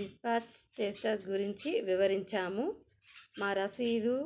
dispatch status గురించి వివరించాము మా రసీదు